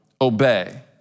obey